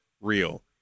real